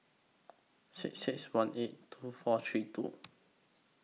six six one eight two four three two